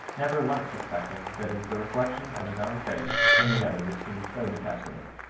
never once suspecting that it is a reflection of his own face in the other which seems so detestable.